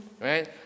right